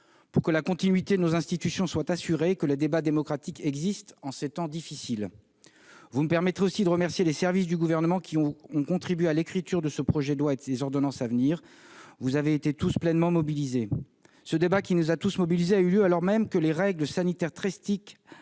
pour que la continuité de nos institutions soit assurée et que le débat démocratique existe en ces temps difficiles. Vous me permettrez aussi de remercier les services du Gouvernement qui ont contribué à l'écriture de ce projet de loi et des ordonnances à venir. Ce débat, qui nous a tous pleinement mobilisés, a eu lieu alors même que des règles sanitaires très strictes